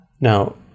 now